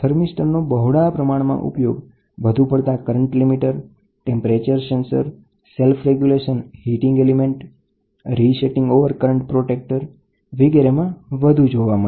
થર્મિસ્ટરનો બહોળા પ્રમાણમાં ઉપયોગ inrush current limiter temperature sensor self resetting over current protectors અને સેલ્ફ રેગ્યુલેટીંગ હીટીંગ એલિમેન્ટમાં થાય છે બરાબર